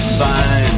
fine